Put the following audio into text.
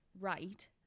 right